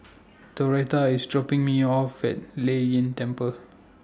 Doretha IS dropping Me off At Lei Yin Temple